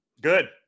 good